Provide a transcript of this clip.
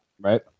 right